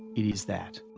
it is that.